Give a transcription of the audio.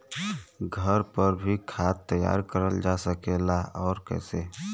घर पर भी खाद तैयार करल जा सकेला और कैसे?